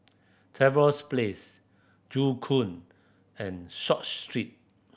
Trevose Place Joo Koon and Short Street